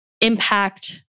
impact